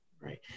Right